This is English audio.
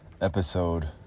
episode